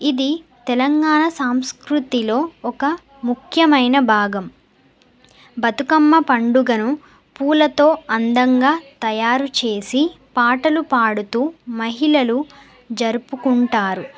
ఇది తెలంగాణ సాంస్కృతిలో ఒక ముఖ్యమైన భాగం బతుకమ్మ పండుగను పూలతో అందంగా తయారుచసి పాటలు పాడుతూ మహిళలు జరుపుకుంటారు